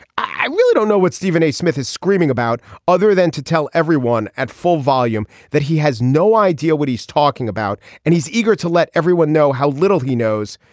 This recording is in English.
i really don't know what stephen a smith is screaming about other than to tell everyone at full volume that he has no idea what he's talking about and he's eager to let everyone know how little he knows.